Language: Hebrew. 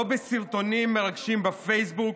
לא בסרטונים מרגשים בפייסבוק,